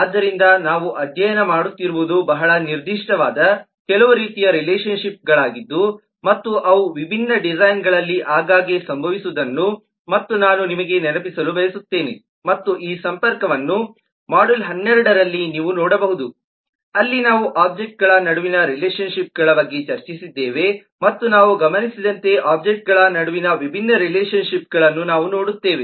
ಆದ್ದರಿಂದ ನಾವು ಅಧ್ಯಯನ ಮಾಡುತ್ತಿರುವುದು ಬಹಳ ನಿರ್ದಿಷ್ಟವಾದ ಕೆಲವು ರೀತಿಯ ರಿಲೇಶನ್ ಶಿಪ್ಗಳಾಗಿದ್ದು ಮತ್ತು ಅವು ವಿಭಿನ್ನ ಡಿಸೈನ್ಗಳಲ್ಲಿ ಆಗಾಗ್ಗೆ ಸಂಭವಿಸುವುದನ್ನು ಮತ್ತು ನಾನು ನಿಮಗೆ ನೆನಪಿಸಲು ಬಯಸುತ್ತೇನೆ ಮತ್ತು ಈ ಸಂಪರ್ಕವನ್ನು ಮಾಡ್ಯೂಲ್ 12ರಲ್ಲಿ ನೀವು ನೋಡಬಹುದು ಅಲ್ಲಿ ನಾವು ಒಬ್ಜೆಕ್ಟ್ಗಳ ನಡುವಿನ ರಿಲೇಶನ್ ಶಿಪ್ಗಳ ಬಗ್ಗೆ ಚರ್ಚಿಸಿದ್ದೇವೆ ಮತ್ತು ನಾವು ಗಮನಿಸಿದಂತೆ ಒಬ್ಜೆಕ್ಟ್ಗಳ ನಡುವಿನ ವಿಭಿನ್ನ ರಿಲೇಶನ್ ಶಿಪ್ಗಳನ್ನು ನಾವು ನೋಡುತ್ತೇವೆ